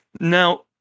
now